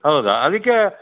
ಹೌದಾ ಅದಕ್ಕೆ